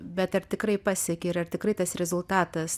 bet ar tikrai pasieki ir ar tikrai tas rezultatas